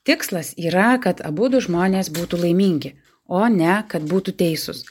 tikslas yra kad abudu žmonės būtų laimingi o ne kad būtų teisūs